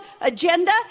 agenda